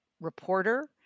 reporter